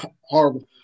horrible